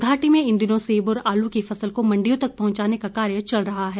घाटी में इन दिनों सेब और आलू की फसल को मंडियों तक पहुंचाने का कार्य चल रहा है